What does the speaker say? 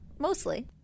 Mostly